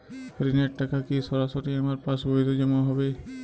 ঋণের টাকা কি সরাসরি আমার পাসবইতে জমা হবে?